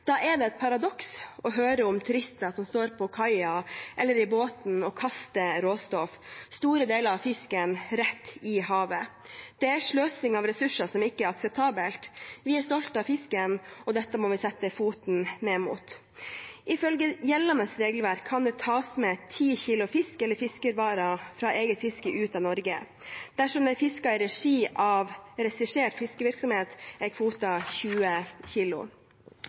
Da er det et paradoks å høre om turister som står på kaia eller i båten og kaster råstoff, store deler av fisken, rett i havet. Det er en sløsing av ressurser som ikke er akseptabel. Vi er stolte av fisken, og dette må vi sette foten ned for. Ifølge gjeldende regelverk kan det tas med 10 kilo fisk eller fiskevarer fra eget fiske ut av Norge. Dersom det er fisket i regi av en registrert fiskevirksomhet, er kvoten 20